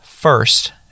First